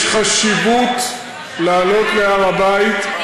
יש חשיבות לעלות להר הבית.